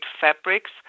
fabrics